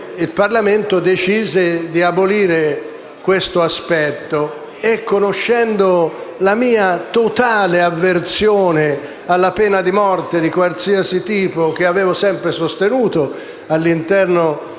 Il Parlamento decise di abolirla e, conoscendo la mia totale avversione alla pena di morte di qualsiasi tipo, che avevo sempre sostenuto all'interno